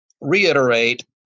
reiterate